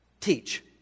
teach